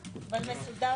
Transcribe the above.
בתקנון.